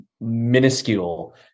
minuscule